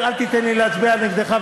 כמו שהסברתי כרגע,